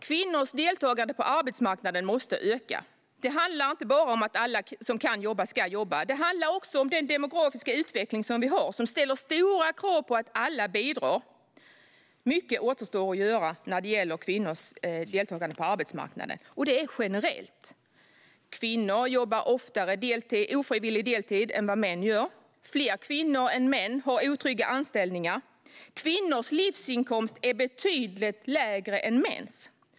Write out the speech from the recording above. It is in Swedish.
Kvinnors deltagande på arbetsmarknaden måste öka. Det handlar inte bara om att alla som kan jobba ska jobba, utan det handlar också om vår demografiska utveckling som ställer stora krav på att alla bidrar. Mycket återstår att göra när det gäller kvinnors deltagande på arbetsmarknaden generellt. Kvinnor jobbar oftare ofrivillig deltid än vad män gör. Fler kvinnor än män har otrygga anställningar. Kvinnors livsinkomst är betydligt lägre än mäns.